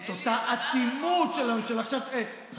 את אותה אטימות של הממשלה, אלי, זו הרפורמה.